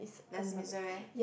Les-Miserables